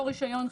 אותו רישיון,